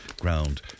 ground